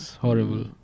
Horrible